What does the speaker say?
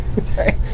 Sorry